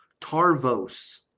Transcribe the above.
Tarvos